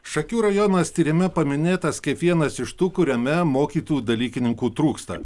šakių rajonas tyrime paminėtas kaip vienas iš tų kuriame mokytojų dalykininkų trūksta